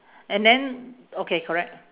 and then okay correct